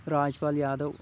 Rajpal Yadav